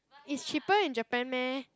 it's cheaper in Japan meh